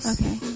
okay